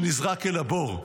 שנזרק אל הבור.